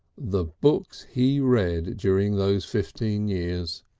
the books he read during those fifteen years!